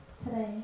today